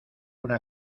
una